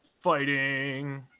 fighting